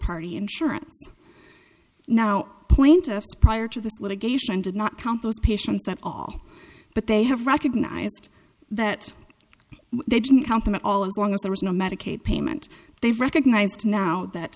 party insurance now point us prior to this litigation did not count those patients at all but they have recognized that they didn't count them at all as long as there was no medicaid payment they've recognized now that